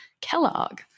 Kellogg